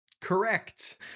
Correct